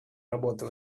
работу